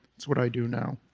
that's what i do now.